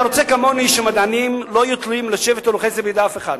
אתה רוצה כמוני שמדענים לא יהיו תלויים לשבט או לחסד בידי אף אחד,